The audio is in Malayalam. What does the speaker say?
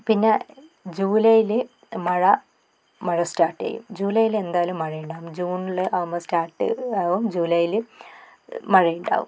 പിന്നെ ജൂലൈല് മഴ മഴ സ്റ്റാട്ട് ചെയ്യും ജൂലൈല് എന്തായാലും മഴ ഉണ്ടാവും ജൂൺല് ആകുമ്പോൾ സ്റ്റാട്ട് ആകും ജൂലൈല് മഴ ഉണ്ടാവും